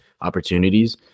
opportunities